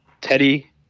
teddy